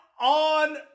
on